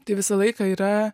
tai visą laiką yra